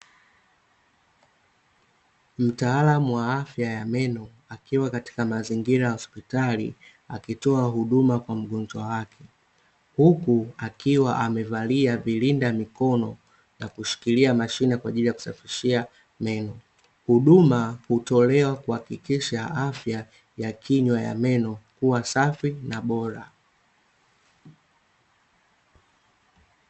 Mtaalamu wa afya ya meno, akiwa katika mazingira ya hospitali, akitoa huduma kwa mgonjwa wake. Huku akiwa amevalia vilinda mikono, na kushikilia mashine kwa ajili ya kusafishia meno. Huduma hutolewa kuhakikisha afya ya kinywa ya meno kuwa safi na bora.